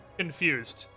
confused